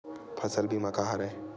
फसल बीमा का हरय?